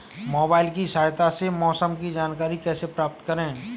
Mobile की सहायता से मौसम की जानकारी कैसे प्राप्त करें?